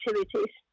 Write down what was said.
activities